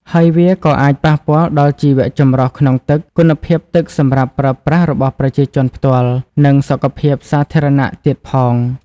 ហើយវាក៏អាចប៉ះពាល់ដល់ជីវៈចម្រុះក្នុងទឹក គុណភាពទឹកសម្រាប់ប្រើប្រាស់របស់ប្រជាជនផ្ទាល់ និងសុខភាពសាធារណៈទៀតផង។